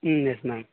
yes ma'am